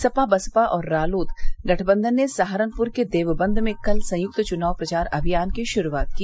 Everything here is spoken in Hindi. सपा बसपा और रालोद गठबन्धन ने सहारनपुर के देवबंद में कल से संयुक्त चुनाव प्रचार अभियान की शुरूआत की